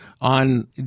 on